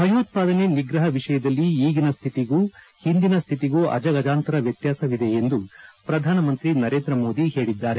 ಭಯೋತ್ವಾದನೆ ನಿಗ್ರಹ ವಿಷಯದಲ್ಲಿ ಈಗಿನ ಸ್ಥಿತಿಗೂ ಹಿಂದಿನ ಸ್ಥಿತಿಗೂ ಅಜಗಜಾಂತರ ವ್ಯತ್ಯಾಸವಿದೆ ಎಂದು ಪ್ರಧಾನಮಂತ್ರಿ ನರೇಂದ್ರ ಮೋದಿ ಹೇಳಿದ್ದಾರೆ